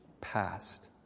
past